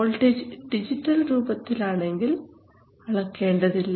voltage digital രൂപത്തിൽ ആണെങ്കിൽ അളക്കേണ്ടതില്ല